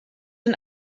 and